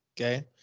okay